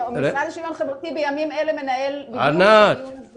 המשרד לשוויון חברתי בימים אלה מנהל בדיוק את הדיון הזה.